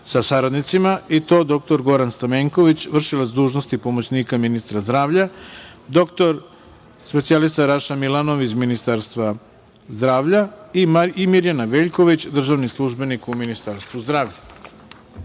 sa saradnicima, i to: dr Goran Stamenković, v.d. pomoćnika ministra zdravlja, dr spec. Raša Milanov, iz Ministarstva zdravlja i Mirjana Veljković, državni službenik u Ministarstvu zdravlja. Pre